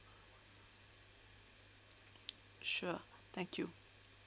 sure thank you